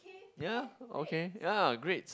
ya okay ya great